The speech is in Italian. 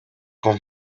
con